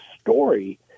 story